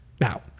Now